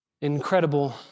incredible